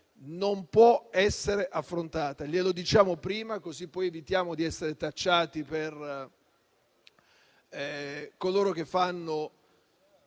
non può essere affrontata; lo diciamo prima per evitare di essere tacciati poi per coloro che fanno